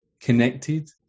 connected